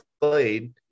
played